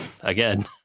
again